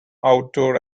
outdoor